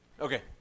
Okay